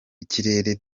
ikirere